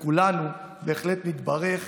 ואני חושב כולנו בהחלט נתברך